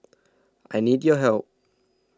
I need your help